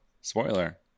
spoiler